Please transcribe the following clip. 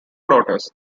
daughters